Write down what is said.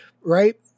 right